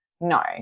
no